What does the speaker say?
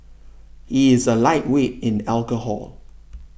he is a lightweight in alcohol